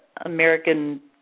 American